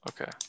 Okay